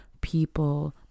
people